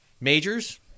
majors